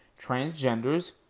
transgenders